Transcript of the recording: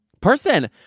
person